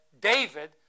David